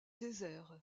désert